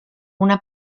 una